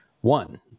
one